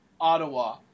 Ottawa